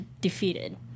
defeated